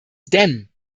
denn